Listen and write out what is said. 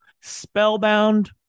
Spellbound